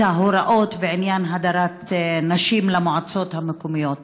ההוראות בעניין הדרת נשים למועצות המקומיות.